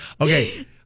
Okay